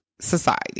society